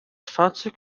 fahrzeug